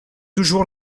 toujours